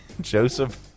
Joseph